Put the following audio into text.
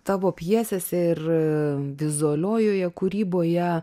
tavo pjesėse ir vizualiojoje kūryboje